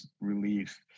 relief